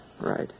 Right